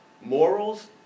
Morals